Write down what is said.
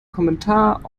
kommentar